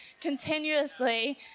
continuously